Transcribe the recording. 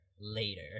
later